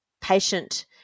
patient